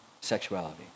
sexuality